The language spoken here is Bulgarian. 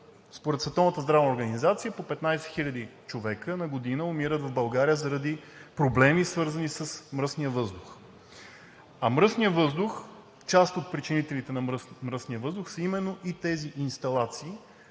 по 15 хиляди човека на година умират в България заради проблеми, свързани с мръсния въздух. А част от причинителите на мръсния въздух са именно тези инсталации,